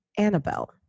annabelle